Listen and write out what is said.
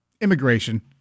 Immigration